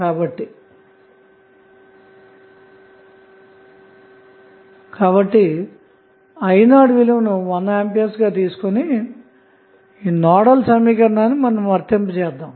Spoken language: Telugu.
కాబట్టి i 0 విలువను1A గా తీసుకుని నోడల్ సమీకరణాన్ని వర్తింపజేద్దాము